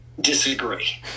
disagree